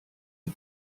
die